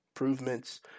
improvements